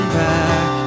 back